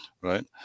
right